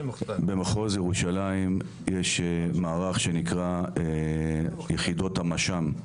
במחוז ירושלים יש מערך שנקרא יחידות המש"ק,